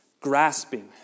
grasping